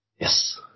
Yes